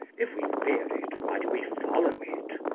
if we fear it, why do we follow it?